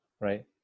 right